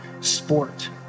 sport